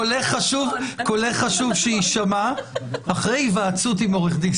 קולך חשוב שיישמע - אחרי היוועצות עם עורך דין.